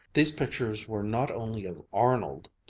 these pictures were not only of arnold,